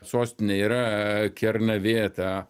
sostinė yra kernavė ta